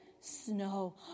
snow